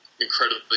incredibly